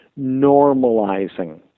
normalizing